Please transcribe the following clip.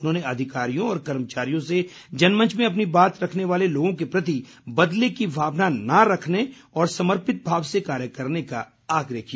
उन्होंने अधिकारियों और कर्मचारियों से जनमंच में अपनी बात रखने वाले लोगों के प्रति बदले की भावना न रखने और समर्पित भाव से कार्य करने का आग्रह किया